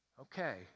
okay